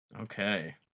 Okay